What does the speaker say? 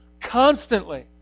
constantly